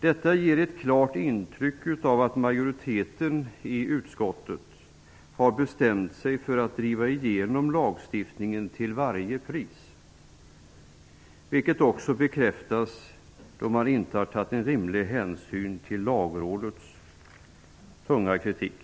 Detta ger ett klart intryck av att majoriteten i utskottet har bestämt sig för att driva igenom lagstiftningen till varje pris. Det bekräftas av att man inte har tagit rimlig hänsyn till Lagrådets tunga kritik.